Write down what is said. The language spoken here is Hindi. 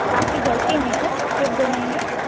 आपके घर के हैं क्या शुद्ध हैं ये